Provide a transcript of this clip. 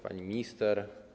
Pani Minister!